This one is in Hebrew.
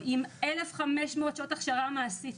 עם 1,500 שעות הכשרה מעשית.